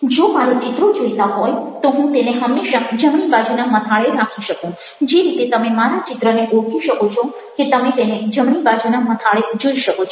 જો મારે ચિત્રો જોઇતા હોય તો હું તેને હંમેશા જમણી બાજુના મથાળે રાખી શકું જે રીતે તમે મારા ચિત્રને ઓળખી શકો છો કે તમે તેને જમણી બાજુના મથાળે જોઈ શકો છો